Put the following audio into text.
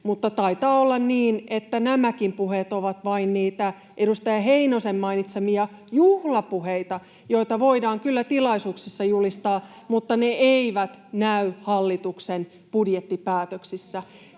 taitaa olla niin, että nämäkin puheet ovat vain niitä edustaja Heinosen mainitsemia juhlapuheita, joita voidaan kyllä tilaisuuksissa julistaa, mutta ne eivät näy hallituksen budjettipäätöksissä.